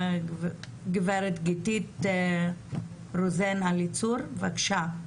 גב' גיתית רוזן אליצור, בבקשה.